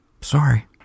sorry